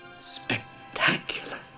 spectacular